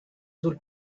sul